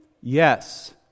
Yes